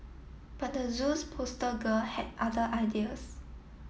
but the zoo's poster girl had other ideas